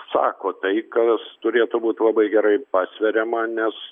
sako tai kas turėtų būt labai gerai pasveriama nes